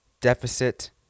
deficit